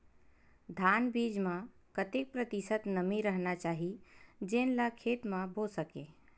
धान बीज म कतेक प्रतिशत नमी रहना चाही जेन ला खेत म बो सके?